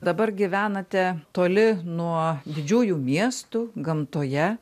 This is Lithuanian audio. dabar gyvenate toli nuo didžiųjų miestų gamtoje